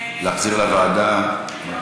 להחזיר לוועדה?